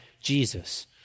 Jesus